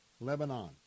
Lebanon